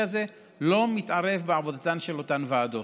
הזה לא מתערב בעבודתן של אותן ועדות.